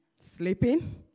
sleeping